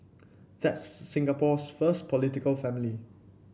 that's Singapore's first political family